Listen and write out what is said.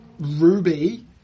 ruby